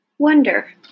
Wonder